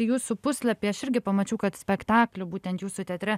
į jūsų puslapį aš irgi pamačiau kad spektaklių būtent jūsų teatre